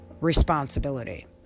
responsibility